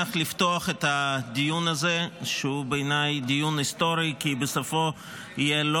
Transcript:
הוא דיון היסטורי’ כי בסופו יהיו לא